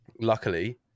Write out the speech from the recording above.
luckily